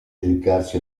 dedicarsi